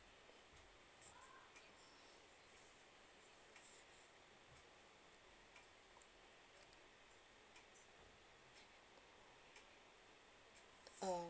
um